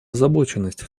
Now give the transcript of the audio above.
озабоченность